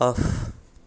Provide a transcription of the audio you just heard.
off